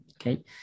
Okay